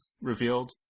revealed